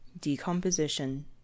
decomposition